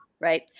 right